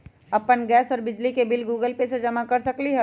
अपन गैस और बिजली के बिल गूगल पे से जमा कर सकलीहल?